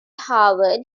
harvard